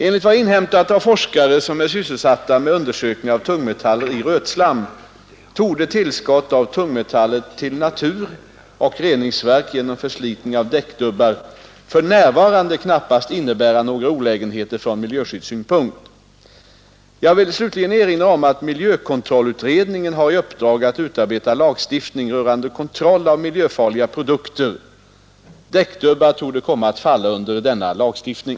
Enligt vad jag inhämtat av forskare som är sysselsatta med undersökningar av tungmetaller i rötslam torde tillskott av tungmetaller till natur och reningsverk genom förslitning av däckdubbar för närvarande knappast innebära några olägenheter från miljöskyddssynpunkt. Jag vill slutligen erinra om att miljökontrollutredningen har i uppdrag att utarbeta lagstiftning rörande kontroll av miljöfarliga produkter. Däckdubbar torde komma att falla under denna lagstiftning.